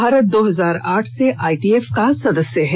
भारत दो हजार आठ से आईटीएफ का सदस्य हैं